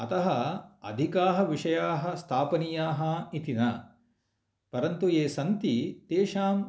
अतः अधिकाः विषयाः स्थापनीयाः इति न परन्तु ये सन्ति तेषाम्